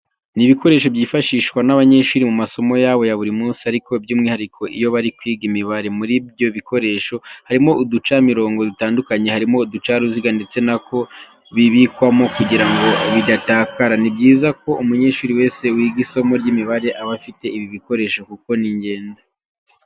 Ni ibikoresho byifashishwa n'abanyeshuri mu masomo yabo ya buri munsi ariko by'umwihariko iyo bari kwiga imibare. Muri ibyo bikoresho harimo uducamirungo dutandukanye, harimo uducaruziga ndetse n'ako bibikwamo kugira ngo bidatakara. Ni byiza ko umunyeshuri wese wiga isomo ry'imibare aba afite ibi bikoresho kuko ni ingenzi.